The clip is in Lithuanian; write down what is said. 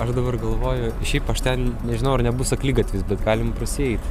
aš dabar galvoju šiaip aš ten nežinau ar nebus akligatvis bet galim prasieit